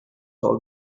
told